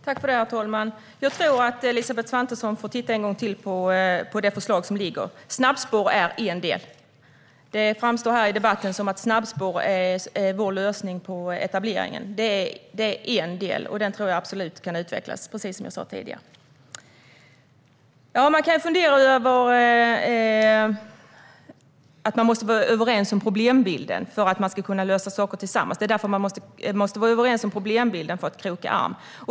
Herr talman! Jag tror att Elisabeth Svantesson får titta en gång till på det förslag som ligger. Snabbspår är en del. Det framstår här i debatten som att snabbspår är vår lösning på etableringen. Det är en del, och precis som jag sa tidigare tror jag absolut att den kan utvecklas. Man kan fundera över att man måste vara överens om problembilden för att man ska kunna lösa saker tillsammans. Man måste vara överens om problembilden för att kroka arm.